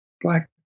black